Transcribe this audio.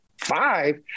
Five